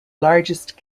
largest